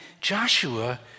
Joshua